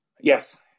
Yes